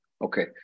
Okay